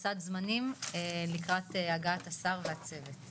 אבא לשני מתמודדים שהזמנתי וצירפתי אותו להנהלת בית החולים.